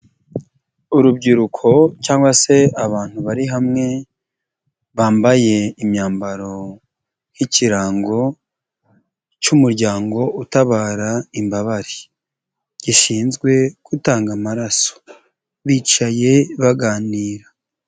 Urubyiruko cyangwa se abantu bari hamwe bambaye imyambaro nk'ikirango cy'umuryango utabara imbabare gishinzwe gutanga amaraso bicaye baganira.